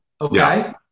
Okay